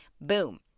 Boom